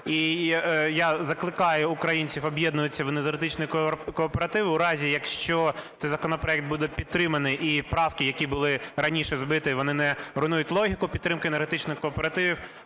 І я закликаю українців об'єднуватися в енергетичні кооперативи. У разі, якщо цей законопроект буде підтриманий, і правки, які були раніше збиті, вони не руйнують логіку підтримки енергетичних кооперативів,